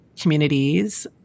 communities